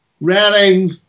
running